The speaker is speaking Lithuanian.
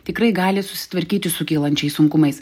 tikrai gali susitvarkyti su kylančiais sunkumais